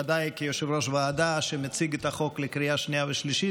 ודאי כיושב-ראש ועדה שמציג את החוק לקריאה שנייה ושלישית,